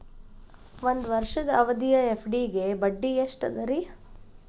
ಒಂದ್ ವರ್ಷದ ಅವಧಿಯ ಎಫ್.ಡಿ ಗೆ ಬಡ್ಡಿ ಎಷ್ಟ ಅದ ರೇ?